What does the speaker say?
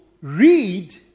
read